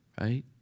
right